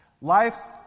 Life's